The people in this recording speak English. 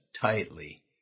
tightly